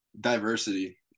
Diversity